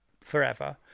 forever